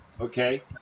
okay